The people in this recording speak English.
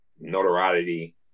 notoriety